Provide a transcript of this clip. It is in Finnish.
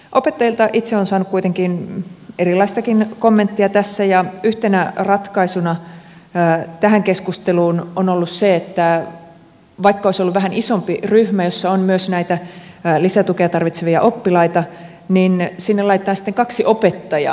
opettajilta itse olen saanut kuitenkin erilaistakin kommenttia tässä ja yhtenä ratkaisuna tähän keskusteluun on ollut se että vaikka olisi ollut vähän isompi ryhmä jossa on myös näitä lisätukea tarvitsevia oppilaita niin sinne laitetaan sitten kaksi opettajaa